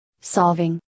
solving